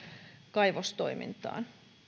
kaivostoimintaan